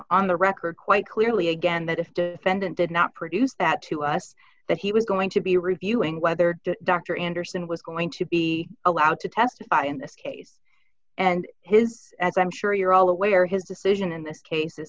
on the record quite clearly again that if cendant did not produce that to us that he was going to be reviewing whether dr anderson was going to be allowed to testify in this case and his as i'm sure you're all aware his decision in this case is